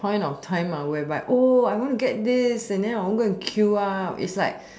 point of time whereby oh I wanna get this and then I want to go and queue up is like